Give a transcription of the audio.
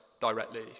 directly